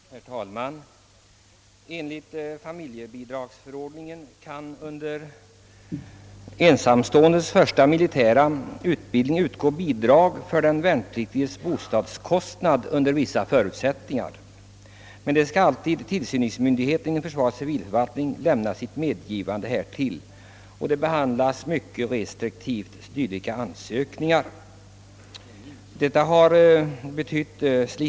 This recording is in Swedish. Herr talman! Enligt familjebidragsförordningen kan under ensamståendes första militära utbildning utgå bidrag för den värnpliktiges bostadskostnad, dock under vissa förutsättningar. I dylika fall skall alltid tillsynsmyndigheten inom försvarets civilförvaltning lämna sitt medgivande. Ansökningar om dessa bostadsbidrag behandlas synnerligen restriktivt. Av anvisningar till familjebidragsförfattningarna att döma kan bostadsbidrag för ensamstående värnpliktigs bostad utgå vid två olika tillfällen.